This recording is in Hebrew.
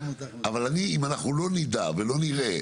אבל אני, אם אנחנו לא נדע ולא נראה